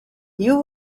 you